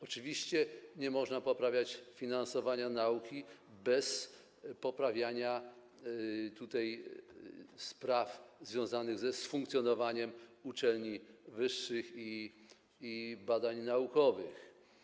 Oczywiście nie można poprawiać finansowania nauki bez poprawiania spraw związanych z funkcjonowaniem uczelni wyższych i badań naukowych.